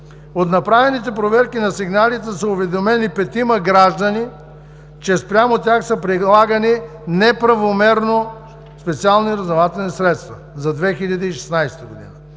От направените проверки на сигналите са уведомени петима граждани, че спрямо тях са прилагани неправомерно специални разузнавателни средства за 2016 г.